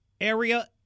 area